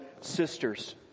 sisters